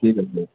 ঠিক আছে